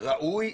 שראוי,